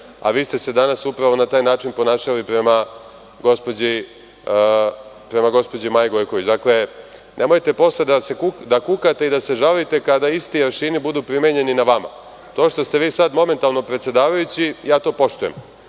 a vi ste se danas upravo na taj način ponašali prema gospođi Maji Gojković. Dakle, nemojte posle da kukate i da se žalite kako isti aršini budu primenjeni na vama. To što ste vi sada momentalno predsedavajući, ja to poštujem,